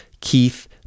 Keith